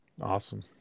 Awesome